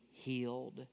healed